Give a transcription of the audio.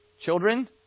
Children